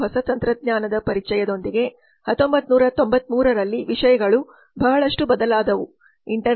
ಎಂಬ ಹೊಸ ತಂತ್ರಜ್ಞಾನದ ಪರಿಚಯದೊಂದಿಗೆ 1993 ರಲ್ಲಿ ವಿಷಯಗಳು ಬಹಳಷ್ಟು ಬದಲಾದವು